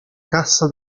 cassa